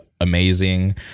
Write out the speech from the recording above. amazing